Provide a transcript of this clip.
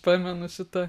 pamenu šitą